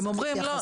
הם אומרים - לא,